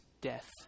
death